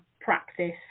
practice